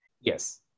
Yes